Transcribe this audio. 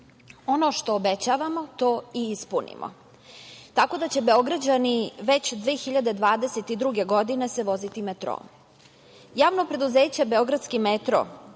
Ono što obećavamo, to i ispunimo. Tako da će se Beograđani već 2022. godine voziti